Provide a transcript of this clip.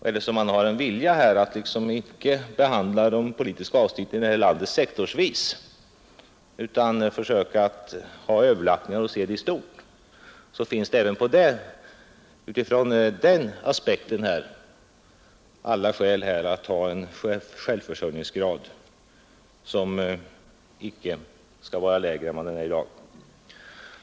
Har man en vilja att icke behandla de politiska avsnitten här i landet sektorsvis utan försöka ha överlappningar och se i stort, så finns det även utifrån den aspekten alla skäl att ha en självförsörjningsgrad som icke är lägre än vad den är i dag.